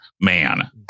man